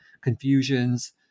confusions